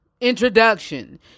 introduction